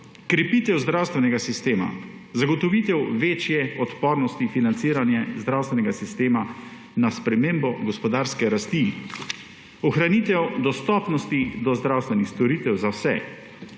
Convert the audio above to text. krepitev zdravstvenega sistema, zagotovitev večje odpornosti financiranja zdravstvenega sistema na spremembo gospodarske rasti, ohranitev dostopnosti do zdravstvenih storitev za vse,